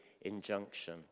injunction